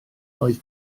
oedd